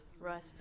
right